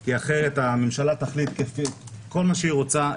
כי אחרת הממשלה תחליט כל מה שהיא רוצה,